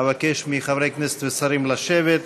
אבקש מחברי הכנסת והשרים לשבת.